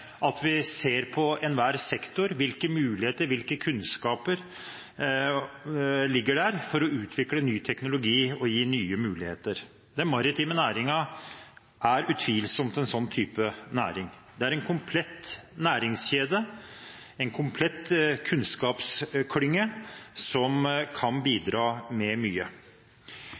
at vi ser på enhver sektor – hvilke muligheter, hvilke kunnskaper ligger der for å utvikle ny teknologi og gi nye muligheter. Den maritime næringen er utvilsomt en slik næring. Det er en komplett næringskjede, en komplett kunnskapsklynge, som kan bidra med mye.